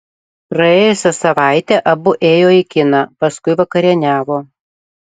praėjusią savaitę abu ėjo į kiną paskui vakarieniavo